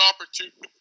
opportunity